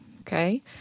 Okay